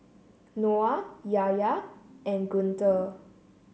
Noah Yahya and Guntur